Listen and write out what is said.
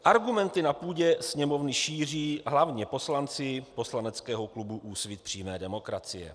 Argumenty na půdě Sněmovny šíří hlavně poslanci poslaneckého klubu Úsvit přímé demokracie.